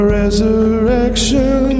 resurrection